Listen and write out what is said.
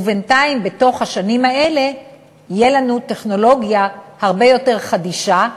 ובינתיים בתוך השנים האלה תהיה לנו טכנולוגיה הרבה יותר חדישה,